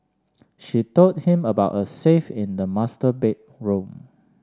she told him about a safe in the master bedroom